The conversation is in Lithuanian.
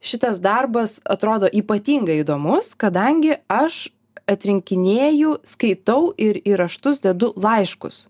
šitas darbas atrodo ypatingai įdomus kadangi aš atrinkinėju skaitau ir į raštus dedu laiškus